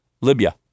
Libya